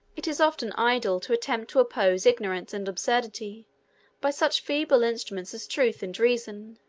it is often idle to attempt to oppose ignorance and absurdity by such feeble instruments as truth and reason,